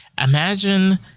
imagine